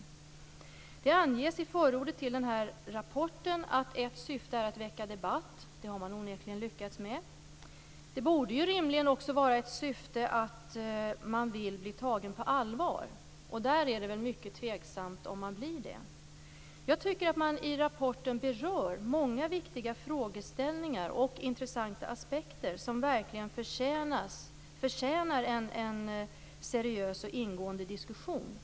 Det anges i förordet till rapporten att ett syfte är att väcka debatt. Det har man onekligen lyckats med. Rimligen borde också ett syfte vara att man vill bli tagen på allvar. Det är det mycket tveksamt om man blir. Jag tycker att man i rapporten berör många viktiga frågeställningar och intressanta aspekter som verkligen förtjänar en seriös och ingående diskussion.